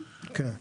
כן.